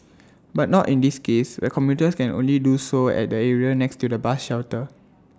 but not in this case where commuters can only do so at the area next to the bus shelter